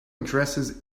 addresses